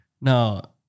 Now